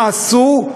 מה עשו?